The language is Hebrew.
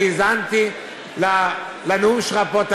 אני האזנתי לנאום שלך פה,